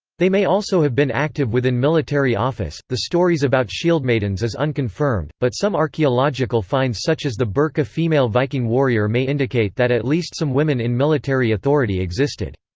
they may also have been active within military office the stories about shieldmaidens is unconfirmed, but some archaeological finds such as the birka female viking warrior may indicate that at least some women in military authority existed.